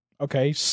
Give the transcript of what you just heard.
okay